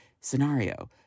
scenario